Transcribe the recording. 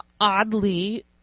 oddly